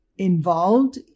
involved